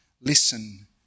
listen